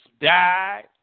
died